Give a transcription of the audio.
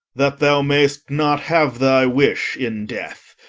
that thou may'st not have thy wish in death.